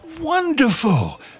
Wonderful